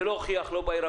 זה לא הוכיח, לא בירקות,